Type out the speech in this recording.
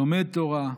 לומד תורה,